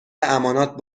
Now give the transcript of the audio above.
امانات